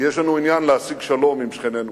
כי יש לנו עניין להשיג שלום עם שכנינו.